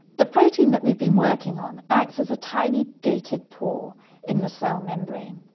the protein that we've been working on acts as a tiny gated pore in the cell membrane.